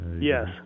Yes